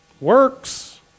works